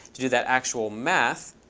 to do that actual math,